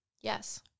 Yes